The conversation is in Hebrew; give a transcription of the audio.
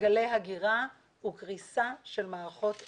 גלי הגירה וקריסה של מערכות אקולוגיות.